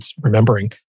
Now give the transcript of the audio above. remembering